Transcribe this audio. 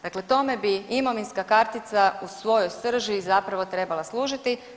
Dakle, tome bi imovinska kartica u svojoj srži zapravo trebala služiti.